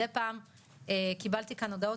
מידי פעם קיבלתי כאן הודעות,